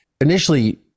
Initially